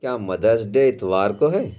کیا mother's day اتوار کو ہے